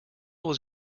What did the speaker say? was